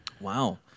Wow